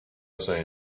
say